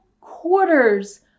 quarters